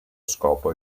scopo